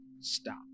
stop